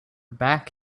back